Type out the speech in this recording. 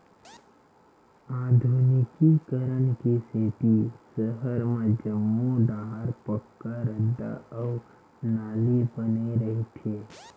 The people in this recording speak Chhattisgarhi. आधुनिकीकरन के सेती सहर म जम्मो डाहर पक्का रद्दा अउ नाली बने रहिथे